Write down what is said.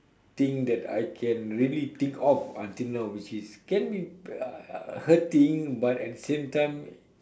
thing that I can really think of until which is can be uh hurting but at the same time